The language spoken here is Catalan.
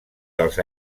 dels